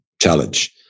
challenge